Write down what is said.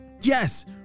Yes